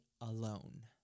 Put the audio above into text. alone